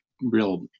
real